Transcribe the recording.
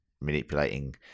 manipulating